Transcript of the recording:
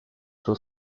suo